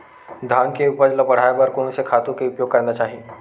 धान के उपज ल बढ़ाये बर कोन से खातु के उपयोग करना चाही?